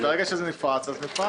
אבל אתה רואה ברגע שזה נפרץ אז נפרץ.